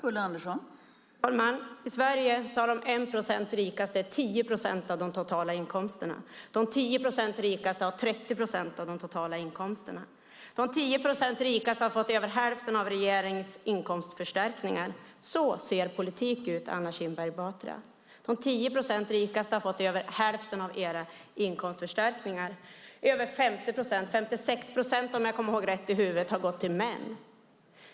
Fru talman! I Sverige har de 1 procent rikaste 10 procent av de totala inkomsterna. De 10 procent rikaste har 30 procent av de totala inkomsterna. De 10 procent rikaste har fått över hälften av regeringens inkomstförstärkningar. Så ser er politik ut, Anna Kinberg Batra. Mer än 50 procent - 56 procent, om jag minns rätt - har gått till män.